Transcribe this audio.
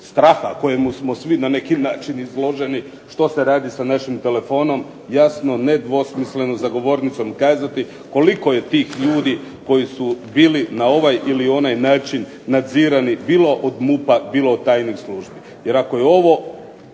straha kojemu smo svi na neki način izloženi što se radi sa našim telefonom, jasno nedvosmisleno za govornicom kazati koliko je tih ljudi koji su bili na ovaj ili onaj način nadzirani bilo od MUP-a, bilo od tajnih službi. Jer ako je ovo